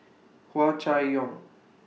Hua Chai Yong